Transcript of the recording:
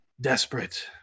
desperate